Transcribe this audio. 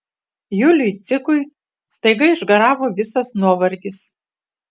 juliui cikui staiga išgaravo visas nuovargis